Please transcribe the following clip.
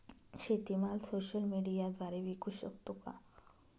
शेतीमाल सोशल मीडियाद्वारे विकू शकतो का?